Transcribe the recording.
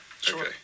Sure